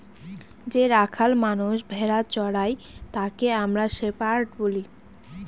যে রাখাল মানষ ভেড়া চোরাই তাকে আমরা শেপার্ড বলি